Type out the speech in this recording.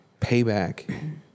payback